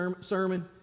sermon